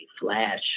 flash